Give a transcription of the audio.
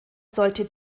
sollte